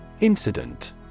Incident